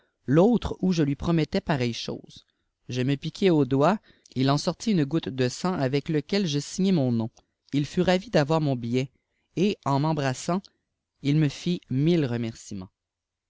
l'autre oîi je lui promettais pareille chose je me piquai au doigt il en sortit une goutte de sang avec lequel je signai mon nom il fut ravi d'avoir mon billet et en m embrassant il me fit mille remercîments